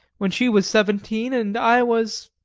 when she was seventeen and i was